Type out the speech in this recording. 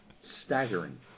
Staggering